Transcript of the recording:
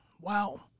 wow